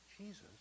Jesus